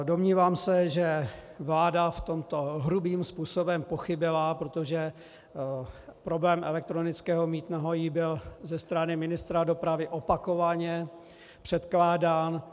Domnívám se, že vláda tímto hrubým způsobem pochybila, protože problém elektronického mýtného jí byl ze strany ministra dopravy opakovaně předkládán.